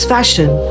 Fashion